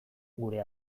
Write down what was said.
gure